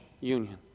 union